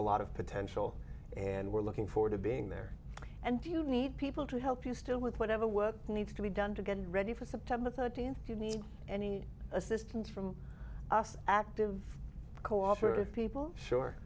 a lot of potential and we're looking forward to being there and do you need people to help you still with whatever what needs to be done to get ready for september thirteenth if you need any assistance from us active cooperative people sure